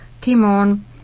timon